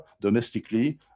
domestically